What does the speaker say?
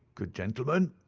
good gentlemen,